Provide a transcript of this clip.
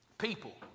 People